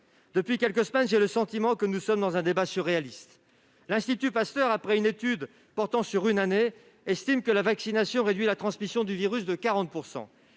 Depuis quelques semaines, j'ai le sentiment que nous sommes engagés dans un débat surréaliste. L'Institut Pasteur, dans une étude portant sur un an, estime que la vaccination réduit la transmission du virus de 40 %.